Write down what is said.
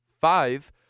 five